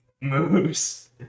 Moose